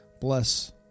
bless